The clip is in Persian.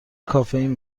کافئین